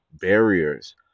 barriers